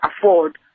afford